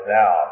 now